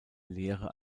lehre